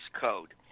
code